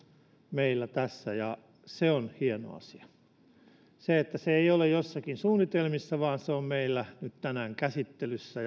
meillä tässä ja se on hieno asia sitä että se ei ole jossakin suunnitelmissa vaan että se on meillä nyt tänään käsittelyssä